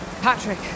Patrick